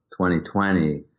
2020